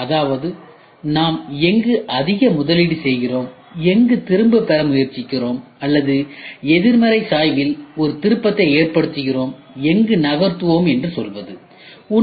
அதாவது நாம் எங்கு அதிக முதலீடு செய்கிறோம் எங்கு திரும்பப் பெற முயற்சிக்கிறோம் அல்லது எதிர்மறை சாய்வில் ஒரு திருப்பத்தை ஏற்படுத்துகிறோம் எங்கு நகர்த்துவோம் என்று சொல்வதாகும்